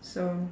so